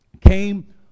came